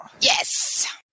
Yes